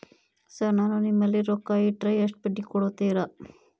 Sir ನಾನು ನಿಮ್ಮಲ್ಲಿ ರೊಕ್ಕ ಇಟ್ಟರ ಎಷ್ಟು ಬಡ್ಡಿ ಕೊಡುತೇರಾ?